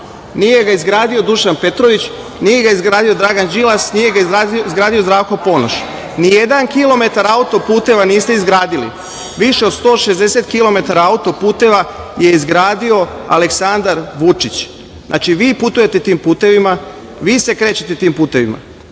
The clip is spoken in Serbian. nije ga izgradio Dušan Petrović, nije ga izgradio Dragan Đilas, nije ga izgradio Zdravko Ponoš. Nijedan kilometar auto-puteva niste izgradili, više od 160 kilometara auto-puteva je izgradio Aleksandar Vučić. Znači, vi putujete tim putevima, vi se krećete tim putevima. Podsetio